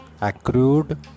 accrued